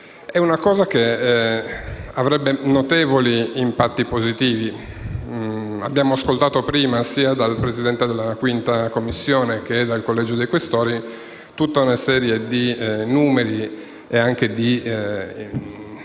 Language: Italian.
È una cosa che avrebbe notevoli impatti positivi. Abbiamo ascoltato prima, sia dal Presidente della 5ª Commissione che dal Collegio dei Questori, tutta una serie di numeri sui